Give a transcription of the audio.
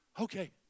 Okay